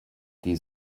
die